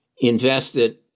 invested